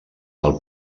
del